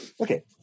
Okay